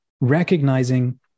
recognizing